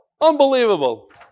Unbelievable